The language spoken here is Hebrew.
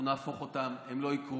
אנחנו נהפוך אותם, הם לא יקרו.